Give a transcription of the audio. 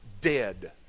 dead